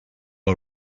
are